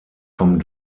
vom